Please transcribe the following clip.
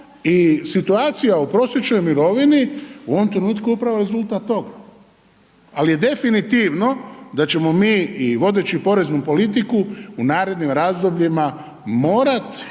I situacija u prosječnoj mirovini u ovom trenutku je upravo rezultat toga, ali je definitivno da ćemo mi vodeći poreznu politiku u narednim razdobljima morat